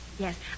Yes